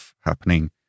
happening